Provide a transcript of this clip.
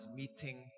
meeting